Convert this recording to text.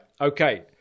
Okay